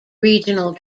regional